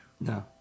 No